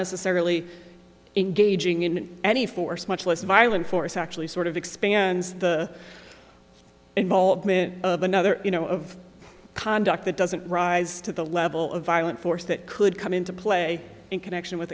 necessarily engaging in any force much less violent force actually sort of expands the involvement of another you know of conduct that doesn't rise to the level of violent force that could come into play in connection with